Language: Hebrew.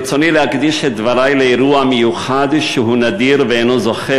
ברצוני להקדיש את דברי לאירוע מיוחד שהוא נדיר ואינו זוכה